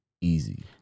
Easy